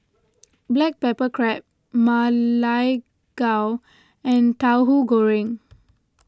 Black Pepper Crab Ma Lai Gao and Tauhu Goreng